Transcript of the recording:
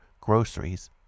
groceries